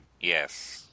Yes